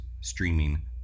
streaming